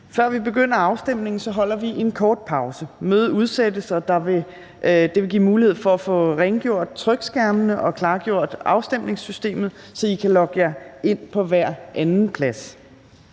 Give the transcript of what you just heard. Før vi begynder afstemningen, holder vi en kort pause, og mødet udsættes. Det vil give mulighed for at få rengjort trykskærmene og klargjort afstemningssystemet, så I kan logge jer ind på hver anden plads.